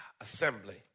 assembly